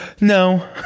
no